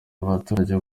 abaturage